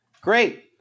Great